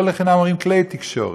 לא לחינם אומרים: כלי תקשורת.